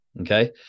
Okay